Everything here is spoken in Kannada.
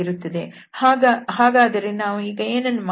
ಹಾಗಾದರೆ ಈಗ ನಾವು ಏನನ್ನು ಮಾಡಬಹುದು